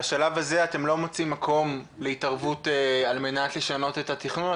בשלב הזה אתם לא מוצאים מקום להתערבות על מנת לשנות את התכנון,